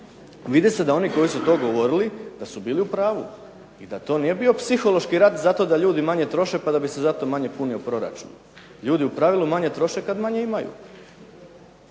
Vidi se da oni koji su to govorili da su bili u pravu i da to nije bio psihološki rat zato da ljudi manje troše pa da bi se zato manje punio proračun. Ljudi u pravilu manje troše kad manje imaju.